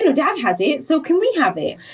you know dad has it. so can we have it?